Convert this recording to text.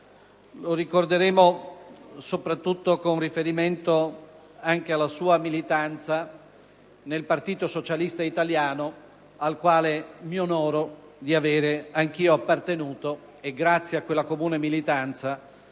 Lo ricorderemo soprattutto con riferimento alla sua militanza nel Partito socialista italiano, al quale mi onoro di essere anch'io appartenuto e, grazie a quella comune militanza,